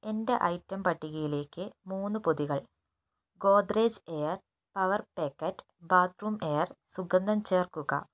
എന്റെ ഐറ്റം പട്ടികയിലേക്ക് മൂന്ന് പൊതികൾ Godrej air power packet bathroom air സുഗന്ധം ചേർക്കുക